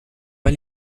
pas